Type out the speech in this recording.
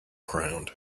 crowned